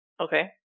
Okay